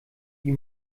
die